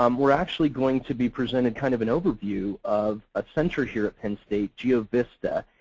um we're actually going to be presented kind of an overview of a center here at penn state, geovista.